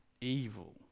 evil